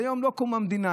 היום זה לא קום המדינה,